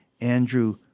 Andrew